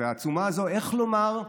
והעצומה הזאת, איך לומר,